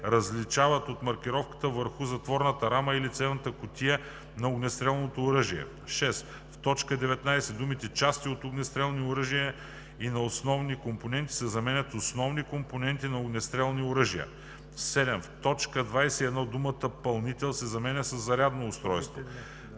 различават от маркировката върху затворната рама или цевната кутия на огнестрелното оръжие.“ 6. В т. 19 думите „части от огнестрелни оръжия и на основни компоненти“ се заменят с „основни компоненти на огнестрелни оръжия“. 7. В т. 21 думата „пълнителя“ се заменя със „зарядното устройство“.